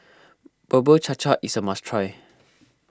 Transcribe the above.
Bubur Cha Cha is a must try